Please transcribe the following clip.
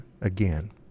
again